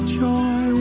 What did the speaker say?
joy